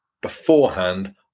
beforehand